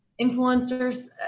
influencers